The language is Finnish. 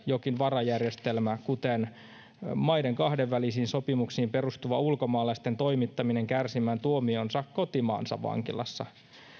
jokin varajärjestelmä kuten maiden kahdenvälisiin sopimuksiin perustuva ulkomaalaisten toimittaminen kärsimään tuomionsa kotimaansa vankilassa